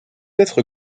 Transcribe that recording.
être